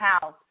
house